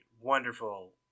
wonderful